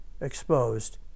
exposed